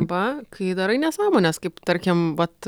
arba kai darai nesąmones kaip tarkim vat